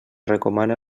recomana